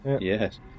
Yes